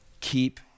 Keep